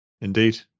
Indeed